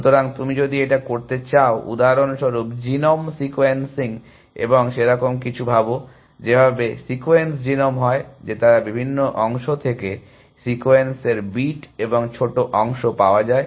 সুতরাং তুমি যদি এটা করতে চাও উদাহরণস্বরূপ জিনোম সিকোয়েন্সিং এবং সেরকম কিছু ভাবো যেভাবে সিকোয়েন্স জিনোম হয় যে তারা বিভিন্ন অংশ থেকে সিকোয়েন্সের বিট এবং ছোট অংশ পাওয়া যায়